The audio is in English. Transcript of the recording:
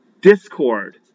Discord